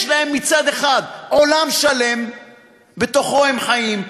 יש להם מצד אחד עולם שלם שבתוכו הם חיים,